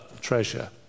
treasure